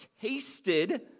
tasted